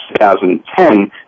2010